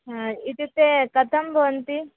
हा इत्युक्ते कथं भवन्ति